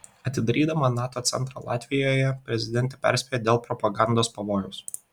atidarydama nato centrą latvijoje prezidentė perspėjo dėl propagandos pavojaus